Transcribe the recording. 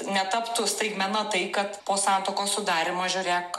netaptų staigmena tai kad po santuokos sudarymo žiūrėk